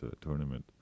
tournament